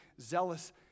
zealous